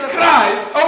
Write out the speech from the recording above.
Christ